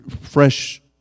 fresh